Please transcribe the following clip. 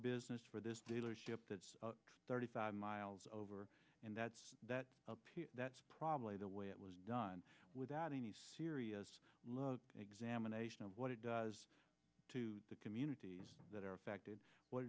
business for this dealership thirty five miles over and that's that that's probably the way it was done without any serious love examination of what it does to the communities that are affected wh